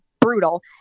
brutal